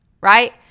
right